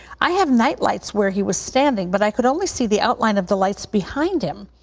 i have nightlights where he was standing, but i could only see the outline of the lights behind him.